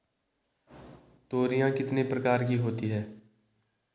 तोरियां कितने प्रकार की होती हैं?